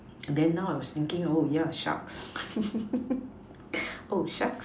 and then now I was thinking oh yeah sharks oh sharks